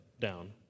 down